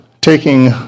taking